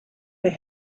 they